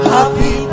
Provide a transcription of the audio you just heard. Happy